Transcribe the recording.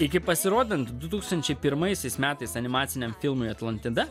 iki pasirodant du tūkstančiai pirmaisiais metais animaciniam filmui atlantida